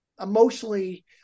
emotionally